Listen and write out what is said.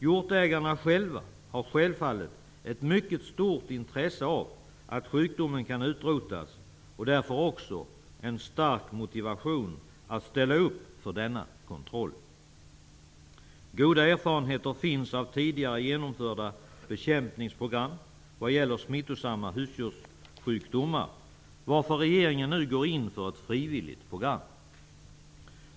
Hjortägarna själva har självfallet ett mycket stort intresse av att sjukdomen kan utrotas och därför också en stark motivation att ställa upp för denna kontroll. Goda erfarenheter finns av tidigare gjorda bekämpningsprogram vad gäller smittosamma husdjurssjukdomar varför regeringen nu går in för ett frivilligt program.